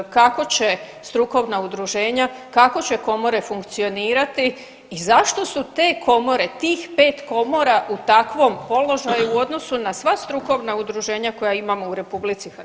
Kako će strukovna udruženja, kako će komore funkcionirati i zašto su te komore tih 5 komora u takvom položaju u odnosu na sva strukovna udruženja koja imamo u RH?